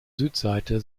südseite